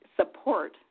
support